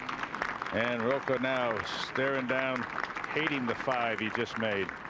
and but now staring down hating the five he just made